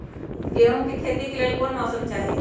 गेंहू के खेती के लेल कोन मौसम चाही अई?